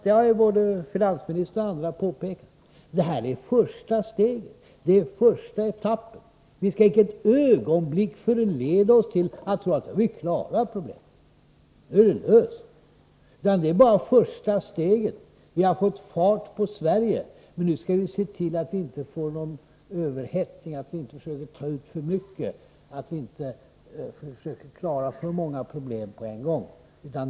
Som både finansministern och andra har påpekat, är detta naturligtvis bara ett första steg. Det är första etappen. Vi skall icke ett ögonblick förledas att tro att vi har klarat problemen, att allt är löst. Vi har fått fart på Sverige, men nu skall vi se till att det inte blir någon överhettning, att vi inte försöker ta ut för mycket och klara för många problem på en gång.